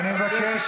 אני מגן,